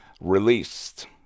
released